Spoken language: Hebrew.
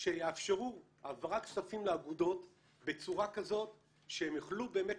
שיאפשרו העברת כספים לאגודות בצורה כזאת שהם יוכלו באמת